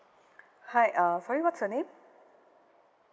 hi uh sorry what's your name